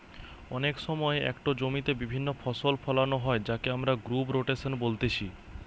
অনেক সময় একটো জমিতে বিভিন্ন ফসল ফোলানো হয় যাকে আমরা ক্রপ রোটেশন বলতিছে